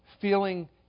feeling